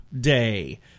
Day